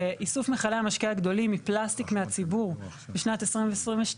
שאיסוף מכלי המשקה הגדולים מפלסטיק מהציבור בשנת 2022,